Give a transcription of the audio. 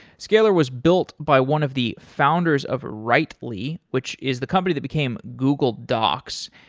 scalyr was built by one of the founders of writely, which is the company that became google docs,